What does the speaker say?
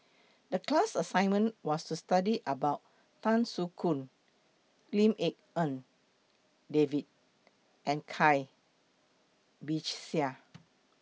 The class assignment was to study about Tan Soo Khoon Lim Tik En David and Cai Bixia